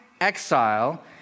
exile